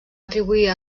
atribuir